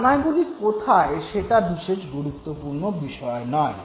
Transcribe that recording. দানাগুলি কোথায় সেটা বিশেষ তাৎপর্যপূর্ণ বিষয় নয়